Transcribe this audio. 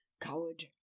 Coward